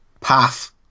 Path